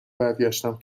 برگشتم